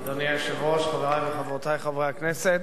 אדוני היושב-ראש, חברי וחברותי חברי הכנסת,